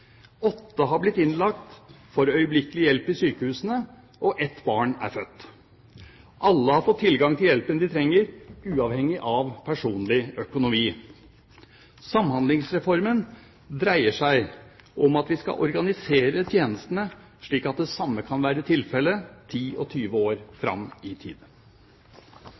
åtte har blitt innlagt for øyeblikkelig hjelp i sykehusene og ett barn er født. Alle har fått tilgang til hjelpen de trenger, uavhengig av personlig økonomi. Samhandlingsreformen dreier seg om at vi skal organisere tjenestene slik at det samme kan være tilfellet 10 og 20 år fram i tid.